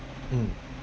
mm